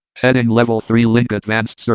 heading level three. link advanced. so